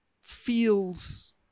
feels